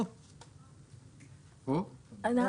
(ג)הוועדה